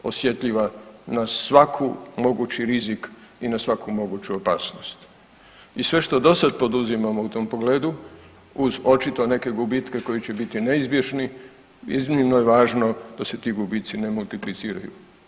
Osjetljiva na svaku mogući rizik i na svaku moguću opasnost i sve što dosad poduzimamo u tom pogledu, uz očito neke gubitke koji će biti neizbježni, iznimno je važno da se ti gubici ne multipliciraju.